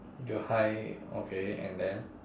you hi okay and then